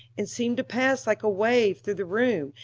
and seemed to pass like a wave through the room,